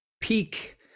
peak